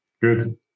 Good